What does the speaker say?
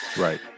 right